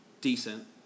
decent